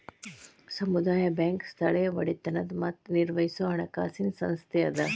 ಸಮುದಾಯ ಬ್ಯಾಂಕ್ ಸ್ಥಳೇಯ ಒಡೆತನದ್ ಮತ್ತ ನಿರ್ವಹಿಸೊ ಹಣಕಾಸಿನ್ ಸಂಸ್ಥೆ ಅದ